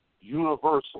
universal